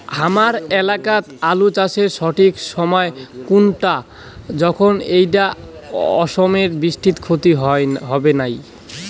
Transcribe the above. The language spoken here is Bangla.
হামার এলাকাত আলু চাষের সঠিক সময় কুনটা যখন এইটা অসময়ের বৃষ্টিত ক্ষতি হবে নাই?